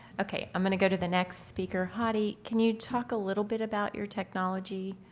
okay? i'm gonna go to the next speaker. hadi, can you talk a little bit about your technology?